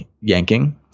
yanking